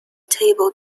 table